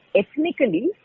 ethnically